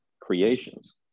creations